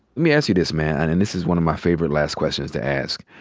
me ask you this, man. and this is one of my favorite last questions to ask.